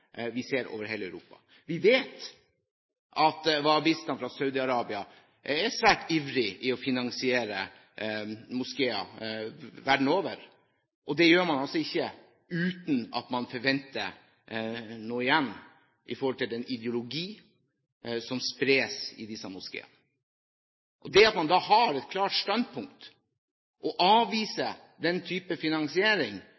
vi ser over hele Europa. Vi vet at wahhabististene fra Saudi-Arabia er svært ivrige etter å finansiere moskeer verden over. Og det gjør man ikke uten at man forventer noe igjen i forhold til den ideologi som spres i disse moskeene. Det at man da har et klart standpunkt og